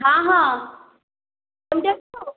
ହଁ ହଁ କେମିତି ଅଛୁ